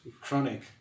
chronic